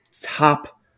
top